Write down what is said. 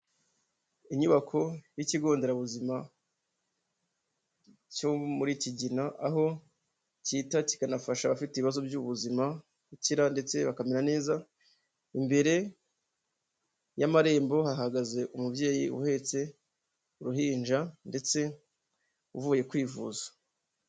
Inyubako y'ikigo nderabuzima cyo muri Kigina aho kita kikanafasha abafite ibibazo by'ubuzima gukira ndetse bakamera neza, imbere y'amarembo hahagaze umubyeyi uhetse uruhinja ndetse uvuye kwivuza.